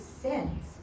sins